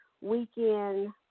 weekend